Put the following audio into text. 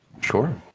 Sure